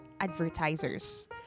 advertisers